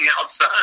outside